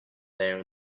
there